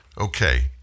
Okay